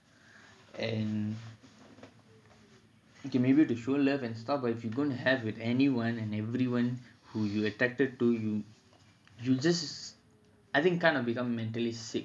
okay maybe to show love and stuff and if you're gonna have with anyone and everyone who you are attracted to you just I think kind of become mentally sick